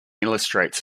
illustrates